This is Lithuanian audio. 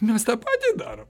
mes tą patį darom